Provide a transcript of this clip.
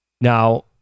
Now